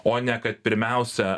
o ne kad pirmiausia